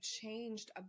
changed